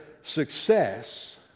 success